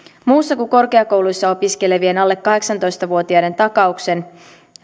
muussa kuin korkeakoulussa opiskelevien alle kahdeksantoista vuotiaiden takauksen